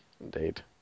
Indeed